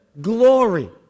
glory